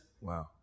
Wow